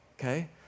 okay